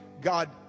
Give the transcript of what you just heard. God